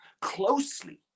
closely